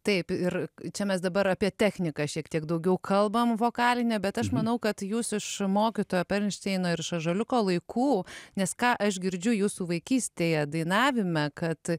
taip ir čia mes dabar apie techniką šiek tiek daugiau kalbam vokalinę bet aš manau kad jūs iš mokytojo perlšteino ir iš ąžuoliuko laikų nes ką aš girdžiu jūsų vaikystėje dainavime kad